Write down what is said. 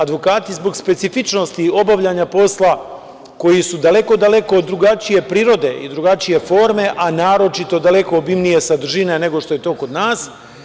Advokati zbog specifičnosti obavljanja posla koji su daleko, daleko drugačije prirode i drugačije forme, a naročito daleko obimnije sadržine nego što je to kod nas.